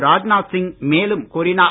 ராஜ்நாத் சிங் மேலும் கூறினார்